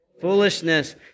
foolishness